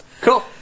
Cool